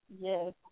yes